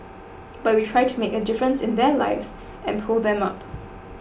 but we try to make a difference in their lives and pull them up